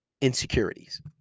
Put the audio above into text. insecurities